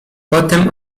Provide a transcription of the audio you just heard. potem